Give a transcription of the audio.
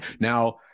Now